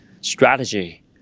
strategy